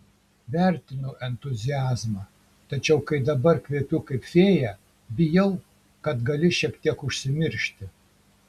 vertinu entuziazmą tačiau kai dabar kvepiu kaip fėja bijau kad gali šiek tiek užsimiršti